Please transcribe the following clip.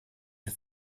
you